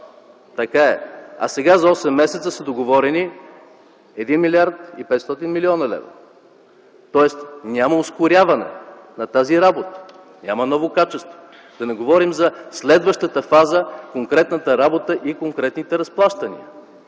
Така е! А сега за 8 месеца са договорени 1 млрд. 500 млн. лв. Тоест няма ускоряване на тази работа, няма ново качество. Да не говорим за следващата фаза – конкретната работа и конкретните разплащания.